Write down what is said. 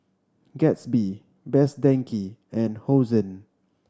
Gatsby Best Denki and Hosen